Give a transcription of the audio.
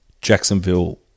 Jacksonville